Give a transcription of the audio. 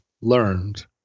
learned